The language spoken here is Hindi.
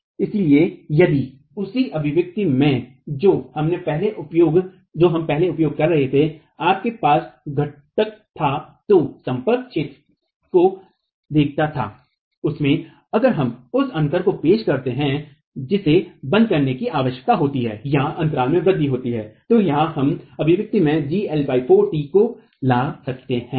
इसलिए उसी अभिव्यक्ति में जो हम पहले उपयोग कर रहे थे हमारे पास घटक था जो संपर्क क्षेत्र को देखता था उसमें अगर हम उस अंतर को पेश करते हैं जिसे बंद करने की आवश्यकता होती है या अंतराल में वृद्धि होती है तो यहाँ हम अभिव्यक्ति में gL 4t को ला सकते हैं